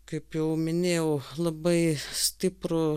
kaip jau minėjau labai stiprų